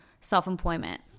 self-employment